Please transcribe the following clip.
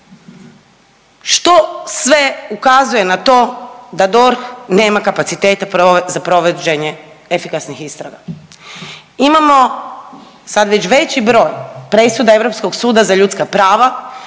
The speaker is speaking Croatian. što sve ukazuje na to da DORH nema kapaciteta za provođenje efikasnih istraga? Imamo sad već veći broj presuda Europskog suda za ljudska prava